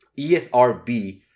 ESRB